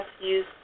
use